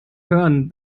hören